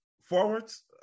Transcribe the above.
Forwards